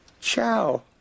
Ciao